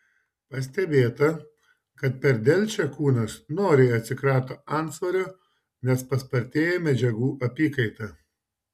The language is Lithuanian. pastebėta kad per delčią kūnas noriai atsikrato antsvorio nes paspartėja medžiagų apykaita